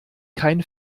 kein